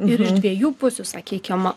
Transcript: ir iš dviejų pusių sakykime